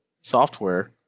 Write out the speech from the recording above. software